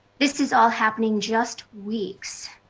this is all happening just weeks,